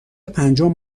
پنجم